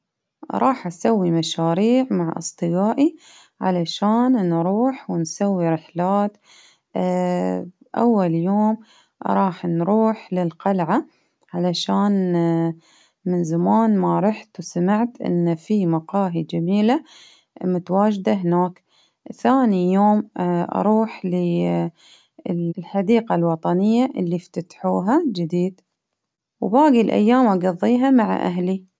راح أسوي مشاريع مع أصدقائي علشان نروح ونسوي رحلات أول يوم راح نروح للقلعة، علشان من زمان ما رحت وسمعت إن في مقاهي جميلة متواجدة هناك، ثاني يوم أروح ل-الحديقة الوطنية اللي افتتحوها جديد، وباقي الأيام أقضيها مع أهلي.